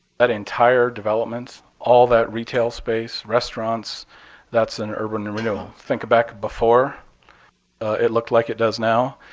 that entire development, all that retail space, restaurants that's in urban renewal. think back before it looked like it does now.